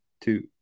two